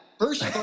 First